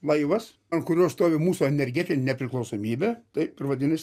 laivas ant kurio stovi mūsų energetinė nepriklausomybė taip ir vadinas